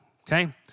okay